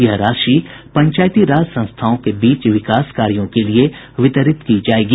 यह राशि पंचायती राज संस्थाओं के बीच विकास कार्यो के लिए वितरित की जायेगी